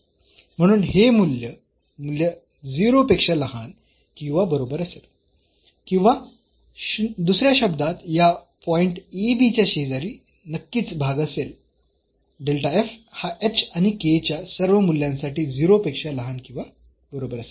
म्हणून हे मूल्य मुल्य 0 पेक्षा लहान किंवा बरोबर असेल किंवा दुसऱ्या शब्दांत या पॉईंट च्या शेजारी नक्कीच भाग असेल हा आणि च्या सर्व मूल्यांसाठी 0 पेक्षा लहान किंवा बरोबर असेल